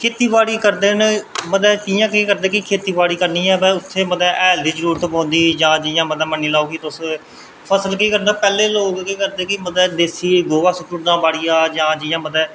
खेती बाड़ी करदे न मतलब कियां केह् करदे कि खेती बाड़ी करनी ऐ ते उत्थें हैल दी जरूरत पौंदी जां जियां कि मन्नी लैओ तुस फसल केह् करदा पैह्लें लोक केह् करदे की जां देसी गोहा सुट्टी ओड़ना बाड़िया जां कुदै